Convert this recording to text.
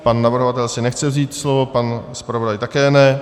Pan navrhovatel si nechce vzít slovo, pan zpravodaj také ne.